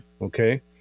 okay